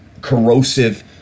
corrosive